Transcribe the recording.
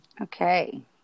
Okay